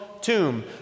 tomb